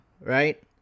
right